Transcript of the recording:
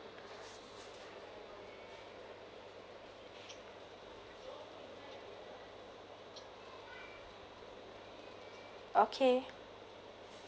okay